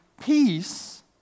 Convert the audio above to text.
Peace